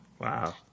Wow